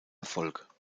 erfolg